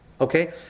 Okay